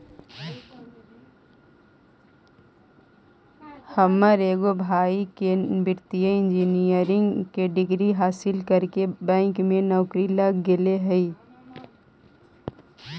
हमर एगो भाई के वित्तीय इंजीनियरिंग के डिग्री हासिल करके बैंक में नौकरी लग गेले हइ